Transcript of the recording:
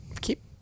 keep